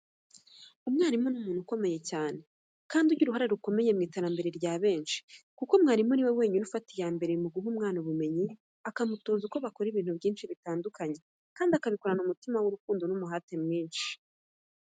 Umwarimu ni umuntu ukomeye cyane, kandi ugira uruhare rukomeye mu iterambere rya benshi kuko mwarimu ni we wenyine ufata iya mbere mu guha umwana ubumenyi, akamutoza uko bakora ibintu byinshi bitandukanye kandi akabikorana umutima w'urukundo n'umuhate mwinshi.